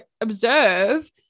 observe